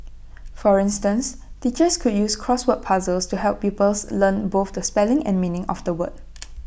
for instance teachers could use crossword puzzles to help pupils learn both the spelling and the meaning of A word